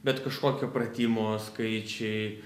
bet kažkokio pratimo skaičiai